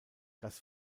das